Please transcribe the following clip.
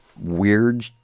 weird